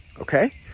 okay